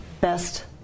Best